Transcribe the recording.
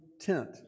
tent